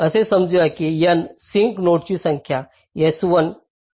असे समजू या की n सिंक नोडची संख्या s1 to sn आहे